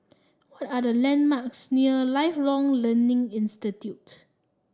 what are the landmarks near Lifelong Learning Institute